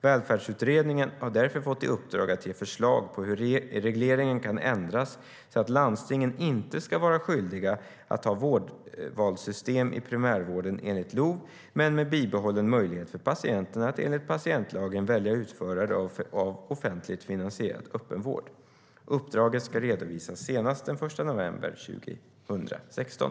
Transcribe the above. Välfärdsutredningen har därför fått i uppdrag att ge förslag på hur regleringen kan ändras så att landstingen inte ska vara skyldiga att ha vårdvalssystem i primärvården enligt LOV men med bibehållen möjlighet för patienterna att enligt patientlagen välja utförare av offentligt finansierad öppenvård. Uppdraget ska redovisas senast den 1 november 2016.